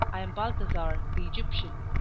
i am balthasar the egyptian.